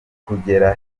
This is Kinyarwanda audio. kugera